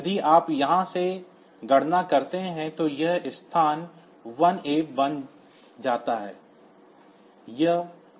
यदि आप यहां से गणना करते हैं तो यह स्थान 1A बन जाता है